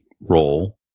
role